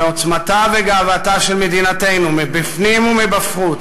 ועוצמתה וגאוותה של מדינתנו מבפנים ומבחוץ